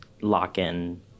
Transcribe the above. lock-in